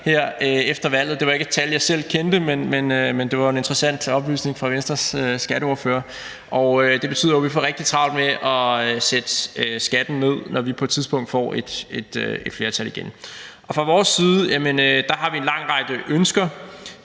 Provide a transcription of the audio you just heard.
efter valget – det var ikke et tal, jeg selv kendte, men det var jo en interessant oplysning fra Venstres skatteordfører; det betyder jo, at vi får rigtig travlt med at sætte skatten ned, når vi på et tidspunkt får et flertal igen. Fra vores side har vi en lang række ønsker.